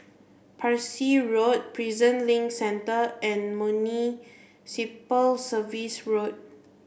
Parsi Road Prison Link Centre and Municipal Service road